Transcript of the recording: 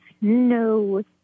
no